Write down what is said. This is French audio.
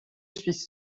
suis